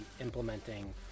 implementing